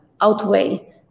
outweigh